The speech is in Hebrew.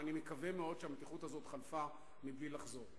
ואני מקווה מאוד שהמתיחות הזאת חלפה מבלי לחזור.